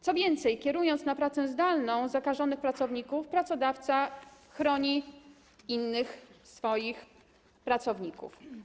Co więcej, kierując na pracę zdalną zakażonych pracowników, pracodawca chroni innych swoich pracowników.